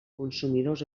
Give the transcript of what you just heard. consumidors